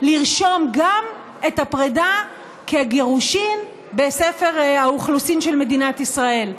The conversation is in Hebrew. לרשום גם את הפרידה כגירושין בספר האוכלוסין של מדינת ישראל.